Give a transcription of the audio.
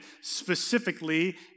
specifically